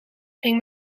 ging